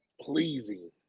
pleasing